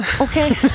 Okay